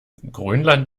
grönland